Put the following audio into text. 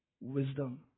wisdom